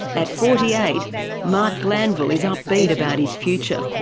at forty eight marc glanville is upbeat about his future.